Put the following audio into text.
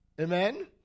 Amen